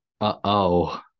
Uh-oh